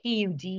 PUD